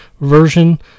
version